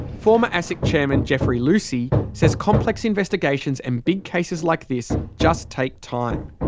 former asic chairman jeffrey lucy says complex investigations and big cases like this, just take time.